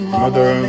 mother